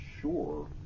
sure